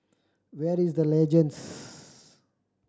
where is The Legends